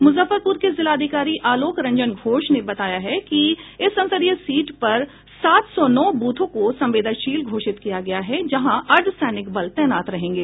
मुजफ्फरपुर के जिलाधिकारी आलोक रंजन घोष ने बताया है कि इस संसदीय सीट पर सात सौ नौ ब्रथों को संवेदनशील घोषित किया गया है जहां अर्धसैनिक बल तैनात रहेंगे